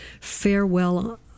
farewell